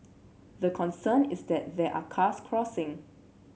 the concern is that there are cars crossing